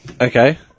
Okay